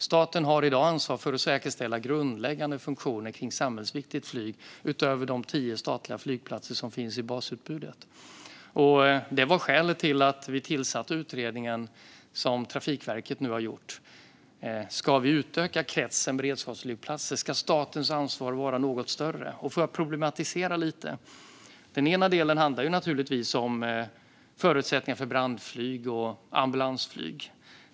Staten har i dag ansvar för att säkerställa grundläggande funktioner kring samhällsviktigt flyg utöver de tio statliga flygplatser som finns i basutbudet. Det var skälet till att vi tillsatte den utredning som Trafikverket nu har gjort. Ska vi utöka kretsen av beredskapsflygplatser? Ska statens ansvar vara något större? Får jag problematisera lite? Den ena delen handlar naturligtvis om förutsättningar för brandflyg och ambulansflyg.